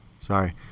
Sorry